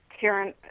Karen